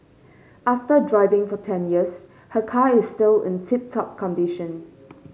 after driving for ten years her car is still in tip top condition